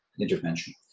intervention